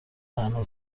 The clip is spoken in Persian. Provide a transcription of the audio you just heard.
تنها